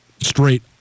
Straight